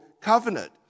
covenant